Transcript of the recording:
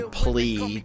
plea